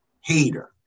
hater